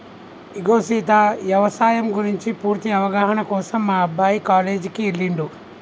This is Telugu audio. ఇగో సీత యవసాయం గురించి పూర్తి అవగాహన కోసం మా అబ్బాయి కాలేజీకి ఎల్లిండు